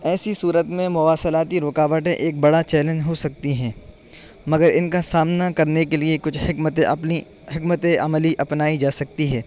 ایسی صورت میں مواصلاتی رکاوٹیں ایک بڑا چیلنج ہو سکتی ہیں مگر ان کا سامنا کرنے کے لیے کچھ حکمت اپنی حکمت عملی اپنائی جا سکتی ہے